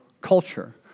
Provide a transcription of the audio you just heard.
culture